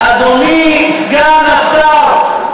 אדוני סגן השר,